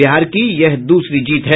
बिहार की यह दूसरी जीत है